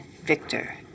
victor